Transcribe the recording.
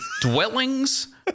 dwellings